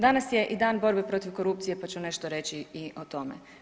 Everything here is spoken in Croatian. Danas je i Dan borbe protiv korupcije, pa ću nešto reći i o tome.